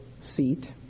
seat